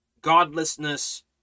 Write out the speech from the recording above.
godlessness